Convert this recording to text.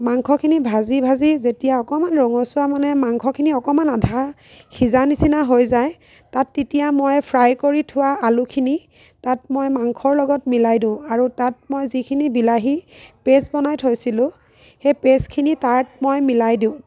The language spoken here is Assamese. মাংসখিনি ভাজি ভাজি যেতিয়া অকণমান ৰঙচুৱা মানে মাংসখিনি অকণমান আধা সিজা নিচিনা হৈ যায় তাত তেতিয়া মই ফ্ৰাই কৰি থোৱা আলুখিনি তাত মই মাংসৰ লগত মিলাই দিওঁ আৰু তাত মই যিখিনি বিলাহী পেষ্ট বনাই থৈছিলোঁ সেই পেষ্টখিনি তাত মই মিলাই দিওঁ